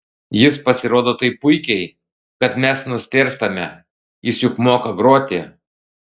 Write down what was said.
jis pasirodo taip puikiai kad mes nustėrstame jis juk moka groti